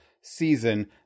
season